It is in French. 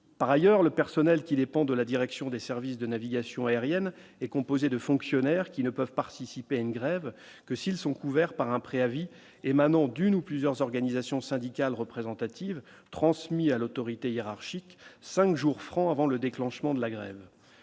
par ailleurs, le personnel qui dépend de la direction des services de navigation aérienne est composée de fonctionnaires qui ne peuvent participer à une grève que s'ils sont couverts par un préavis émanant d'une ou plusieurs organisations syndicales représentatives, transmis à l'autorité hiérarchique 5 jours francs avant le déclenchement de la grève,